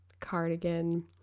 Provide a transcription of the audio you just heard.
Cardigan